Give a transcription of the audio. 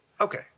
Okay